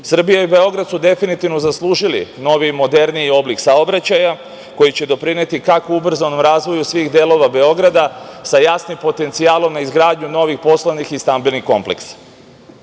Srbija i Beograd su definitivno zaslužili noviji i moderniji oblik saobraćaja, koji će doprineti kako ubrzanom razboju svih delova Beograda, sa jasnim potencijalom na izgradnju novih poslovnih i stambenih kompleksa. Ideja